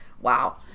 wow